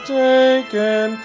taken